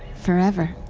forever.